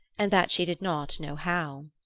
and that she did not know how.